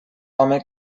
home